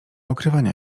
okrywania